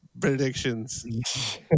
predictions